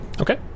Okay